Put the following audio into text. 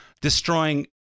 destroying